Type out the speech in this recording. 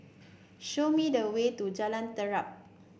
show me the way to Jalan Terap